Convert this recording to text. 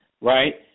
right